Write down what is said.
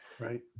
Right